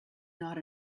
not